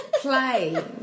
play